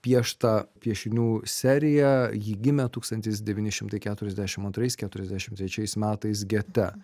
piešta piešinių serija ji gimė tūkstantis devyni šimtai keturiasdešimt antrais keturiasdešimt trečiais metais gete